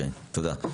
תודה.